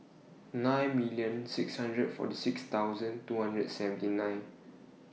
nine million six hundred forty six thousand two hundred and seventy nine